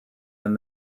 and